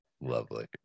lovely